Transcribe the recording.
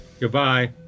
Goodbye